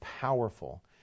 powerful